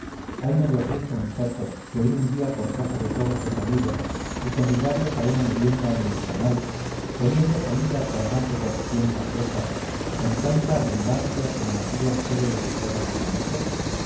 hay mayor gusto muchacho que ir un día por casa de todos los amigos y convidarlos a una merienda en el canal poniendo comida para más de cuatrocientas bocas con tanta abundancia como en aquellas célebres bodas de camacho